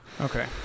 okay